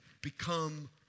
become